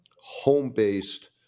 home-based